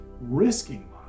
risking